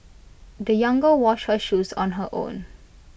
the young girl washed her shoes on her own